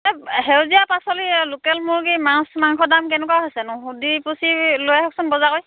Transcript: এই সেউজীয়া পাচলি লোকেল মুৰ্গী মাছ মাংস দাম কেনেকুৱা হৈছে নো সুধি পুছি লৈ আহকচোন বজাৰ কৰি